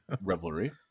revelry